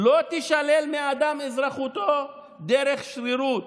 "לא תישלל מאדם אזרחותו דרך שרירות,